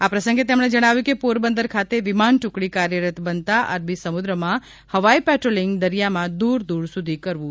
આ પ્રસંગે તેમણે જણાવ્યુ હતું કે પોરબંદર ખાતે વિમાન ટુકડી કાર્યરત બનતા અરબી સમુદ્રમાં હવાઈ પેટ્રોલિંગ દરિયા માં દૂર દૂર સુધી કરવું સંભવ બનશે